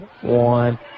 one